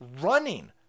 running